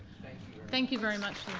thank you very much,